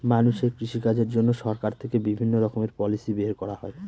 মানুষের কৃষিকাজের জন্য সরকার থেকে বিভিণ্ণ রকমের পলিসি বের করা হয়